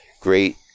great